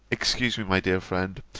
excuse me, my dear friend,